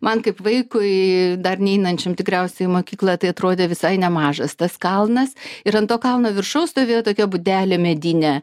man kaip vaikui dar neinančiam tikriausiai į mokyklą tai atrodė visai nemažas tas kalnas ir ant to kalno viršaus stovėjo tokia būdelė medinė